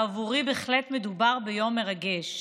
ובעבורי מדובר בהחלט ביום מרגש: